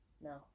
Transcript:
no